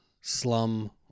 Slum